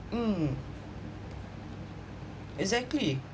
mm exactly